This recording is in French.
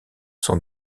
sont